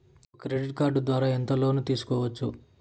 ఒక credit card ద్వారా ఎంత లోను తీసుకోవచ్చు?